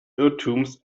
irrtums